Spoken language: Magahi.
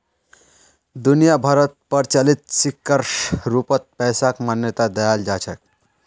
दुनिया भरोत प्रचलित सिक्कर रूपत पैसाक मान्यता दयाल जा छेक